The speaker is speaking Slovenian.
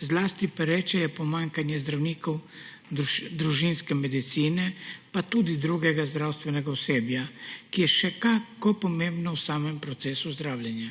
zlasti pereče je pomanjkanje zdravnikov družinske medicine pa tudi drugega zdravstvenega osebja, ki je še kako pomembno v samem procesu zdravljenja.